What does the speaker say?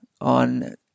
on